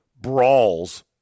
brawls